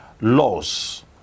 laws